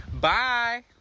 Bye